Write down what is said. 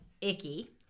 Icky